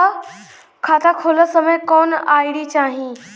खाता खोलत समय कौन आई.डी चाही?